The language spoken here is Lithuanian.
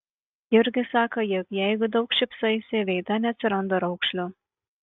jurgis sako jog jeigu daug šypsaisi veide neatsiranda raukšlių